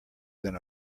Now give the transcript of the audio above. than